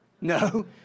no